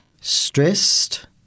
stressed